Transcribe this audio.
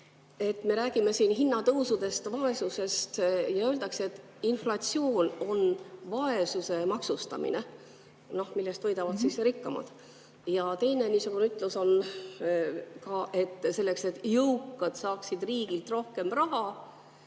Me räägime siin hinnatõusudest ja vaesusest. Öeldakse, et inflatsioon on vaesuse maksustamine, millest võidavad rikkamad. Ja teine niisugune ütlus on ka: selleks, et jõukad saaksid riigilt rohkem raha,